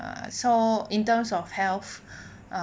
so in terms of health uh